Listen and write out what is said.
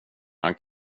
han